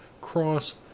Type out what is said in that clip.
cross